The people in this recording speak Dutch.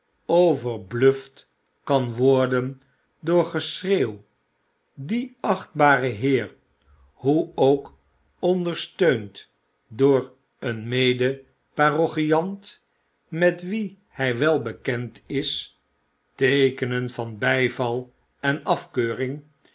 overbluft kan worden door geschreeuw die achtbare heer hoe ook ondersteund door een mede parochiant met wien hij wel bekend is teekenen van by val en afkeuring